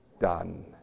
done